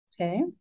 okay